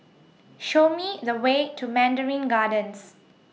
Show Me The Way to Mandarin Gardens